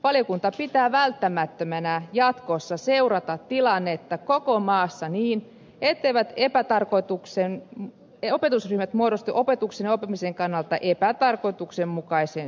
valiokunta pitää välttämättömänä jatkossa seurata tilannetta koko maassa niin etteivät opetusryhmät muodostu opetuksen ja oppimisen kannalta epätarkoituksenmukaisen suuriksi